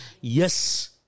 Yes